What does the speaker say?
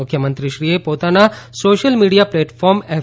મુખ્યમંત્રીશ્રીએ પોતાના social media platform F